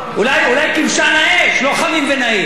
אולי כבשן האש, לא חמים ונעים.